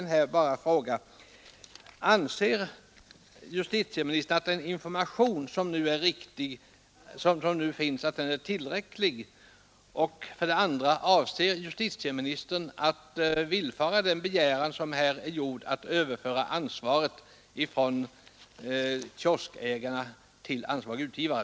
Jag vill slutligen fråga: Anser justitieministern för det första att den information som nu finns är tillräcklig? Avser justitieministern för det andra att villfara den begäran som här är gjord att överföra ansvaret från kioskägarna till ansvarig utgivare?